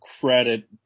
credit